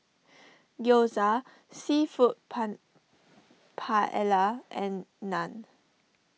Gyoza Seafood Pen Paella and Naan